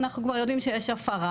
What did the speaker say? אנחנו יודעים כבר שיש הפרה.